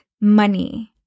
money